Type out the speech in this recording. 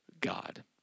God